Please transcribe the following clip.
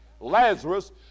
Lazarus